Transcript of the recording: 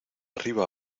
arriba